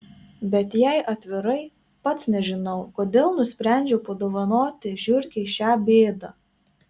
bet jei atvirai pats nežinau kodėl nusprendžiau padovanoti žiurkei šią bėdą